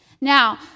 Now